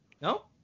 No